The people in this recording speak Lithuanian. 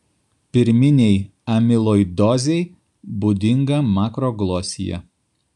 pirminei amiloidozei būdinga makroglosija